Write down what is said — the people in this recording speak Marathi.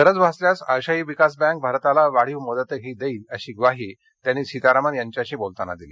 गरज भासल्यास आशियाई विकास बँक भारताला वाढीव मदतही दक्कि अशी ग्वाही त्यांनी सीतारामन यांच्याशी बोलताना दिली